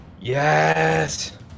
yes